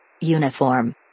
Uniform